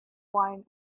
wine